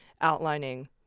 outlining